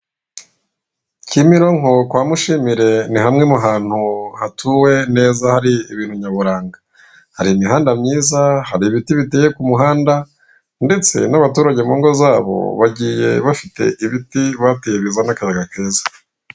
Kimironko kwa Mushimire ni hamwe mu hantu hatuwe neza, hari ibintu nyaburanga. Hari imihanda myiza, hari ibiti biteye ku muhanda, ndetse n'abaturage mu ngo zabo bagiye bafite ibiti bateye bizana akayaga keza.